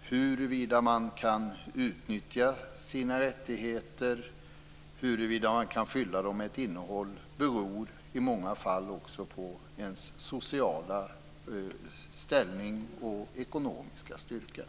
huruvida man kan utnyttja sina rättigheter och fylla dem med ett innehåll beror i många fall på ens sociala ställning och ekonomiska styrka.